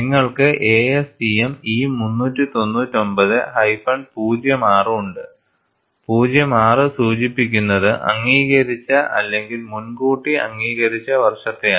നിങ്ങൾക്ക് ASTM E399 06 ഉണ്ട് 06 സൂചിപ്പിക്കുന്നത് അംഗീകരിച്ച അല്ലെങ്കിൽ മുൻകൂട്ടി അംഗീകരിച്ച വർഷത്തെയാണ്